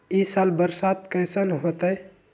ई साल बरसात कैसन होतय?